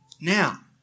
Now